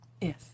Yes